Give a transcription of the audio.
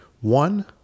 One